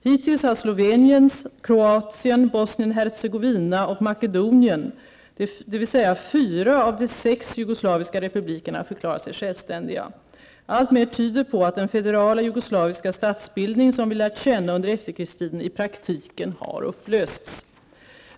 Hittills har Slovenien, Kroatien, Bosnien Hercegovina och Makedonien, dvs. fyra av de sex jugoslaviska republikerna, förklarat sig självständiga. Alltmer tyder på att den federala jugoslaviska statsbildning som vi lärt känna under efterkrigstiden i praktiken har upplösts.